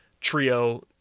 trio